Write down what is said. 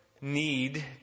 need